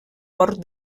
port